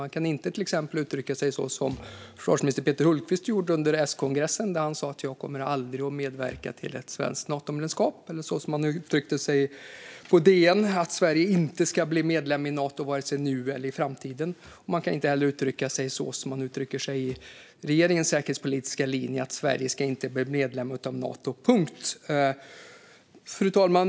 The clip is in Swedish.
Man kan till exempel inte uttrycka sig så som försvarsminister Peter Hultqvist gjorde under S-kongressen, där han sa att han aldrig kommer att medverka till ett svenskt Natomedlemskap, eller så som han uttryckte sig i DN, att Sverige inte ska bli medlem i Nato vare sig nu eller i framtiden. Man kan heller inte uttrycka sig så som man uttrycker sig om regeringens säkerhetspolitiska linje, att Sverige inte ska bli medlem av Nato, punkt. Fru talman!